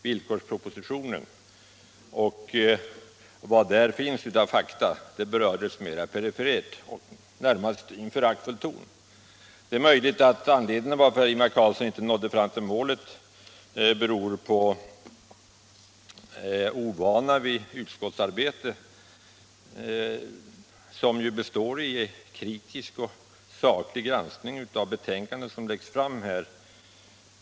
Villkorspropositionen och de fakta som finns i denna berördes mera i förbigående och i en närmast föraktfull ton. Det är möjligt att anledningen till att Ingvar Carlsson inte nådde fram till målet är ovana vid utskottsarbete, som ju består i kritisk och saklig granskning av betänkanden som läggs fram.